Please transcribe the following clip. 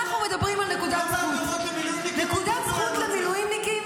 אנחנו מדברים על נקודת זכות ------- נקודת זכות למילואימניקים.